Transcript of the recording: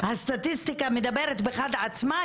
הסטטיסטיקה מדברת בעד עצמה,